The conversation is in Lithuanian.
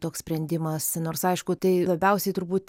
toks sprendimas nors aišku tai labiausiai turbūt